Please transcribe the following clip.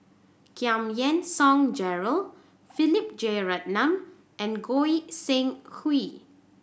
Giam Yean Song Gerald Philip Jeyaretnam and Goi Seng Hui